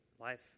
life